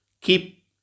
keep